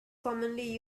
commonly